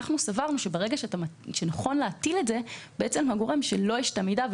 אנחנו סברנו שנכון להטיל את זה על הגורם שלו יש את המידע,